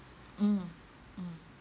mm mm